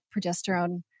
progesterone